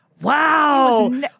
Wow